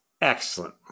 Excellent